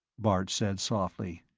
bart said softly.